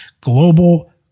global